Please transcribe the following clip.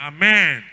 Amen